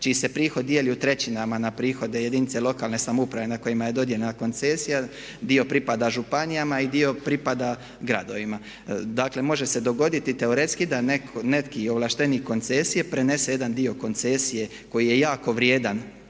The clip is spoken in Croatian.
čiji se prihod dijeli u trećinama na prihode jedinice lokalne samouprave na kojima je dodijeljena koncesija. Dio pripada županijama i dio pripada gradovima. Dakle, može se dogoditi teoretski da neki ovlaštenik koncesije prenese jedan dio koncesije koji je jako vrijedan